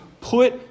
put